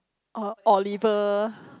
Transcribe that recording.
o~ Oliver